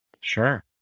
Sure